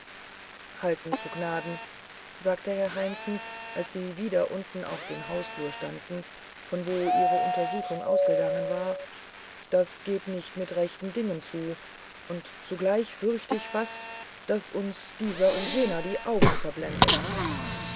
halten zu gnaden sagte herr heimken als sie wieder unten auf dem hausflur standen von wo ihre untersuchung ausgegangen war das geht nicht mit rechten dingen zu und zugleich furcht ich fast daß uns dieser und jener die augen verblendet